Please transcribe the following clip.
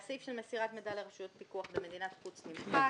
הסעיף של מסירת מידע לרשות פיקוח במדינת חוץ נמחק.